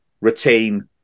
retain